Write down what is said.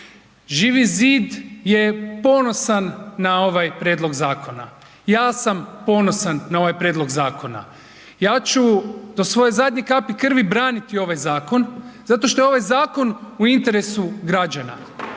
Živi zid je ponosan na ovaj Prijedlog zakona. Ja sam ponosan na ovaj prijedlog zakona. Ja ću do svoje zadnje kapi krvi braniti ovaj zakon zato što je ovaj zakon u interesu građana.